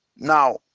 Now